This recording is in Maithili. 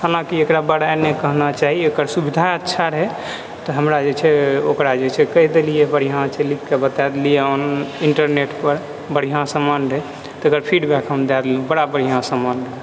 हलाँकि एकरा बड़ाई नहि कहना चाही एकर सुविधा अच्छा रहै तऽ हमरा जे छै ओकरा जे छै कहि देलियै बढ़िआँ छै लिखकऽ बता देलियै ऑन इन्टरनेट पर बढ़िआँ सामान रहै तकर फीडबैक हम दए देलौहुँ बड़ा बढ़िआँ सामान